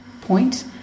point